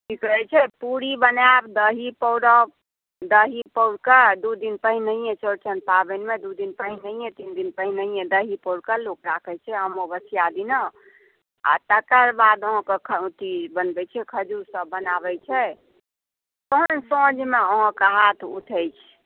की कहै छै पुरी बनाएब दही पौरब दही पउरकऽ दू दिन पहिने चौड़चन पाबनिमे दू दिन पहिनहिये तीन दिन पहिनहिये दही पउरकऽ लोक राखै छी अमावस्या दिना आ तकर बाद अहाँके अथी बनबैके खजुर सभ बनाबै छै तहन साँझमे अहाँके हाथ उठै छै